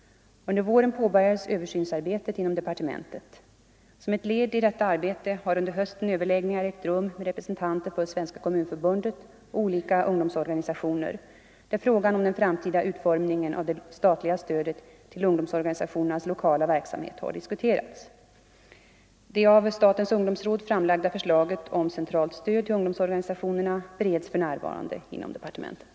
Under våren påbörjades översynsarbetet inom departementet. Som ett led i detta arbete har under hösten överläggningar ägt rum med representanter för Svenska kommunförbundet och olika ungdomsorganisationer, där frågan om den framtida utformningen av det statliga stödet till ungdomsorganisationernas lokala verksamhet har diskuterats. Det av statens ungdomsråd framlagda förslaget om centralt stöd till ungdomsorganisationerna bereds för närvarande inom departementet.